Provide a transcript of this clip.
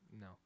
No